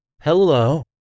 Hello